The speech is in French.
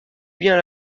bien